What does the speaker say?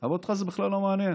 אבל אותך זה בכלל לא מעניין.